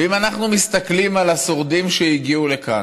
ואם אנחנו מסתכלים על השורדים שהגיעו לכאן,